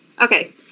Okay